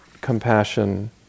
compassion